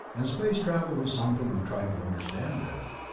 and space-travel was something we tried to understand better.